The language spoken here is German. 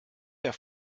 der